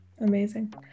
amazing